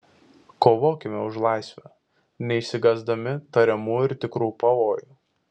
kovokime už laisvę neišsigąsdami tariamų ir tikrų pavojų